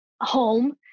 home